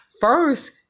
first